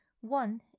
One